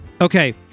Okay